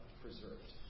preserved